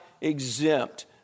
exempt